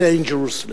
stay in Jerusalem,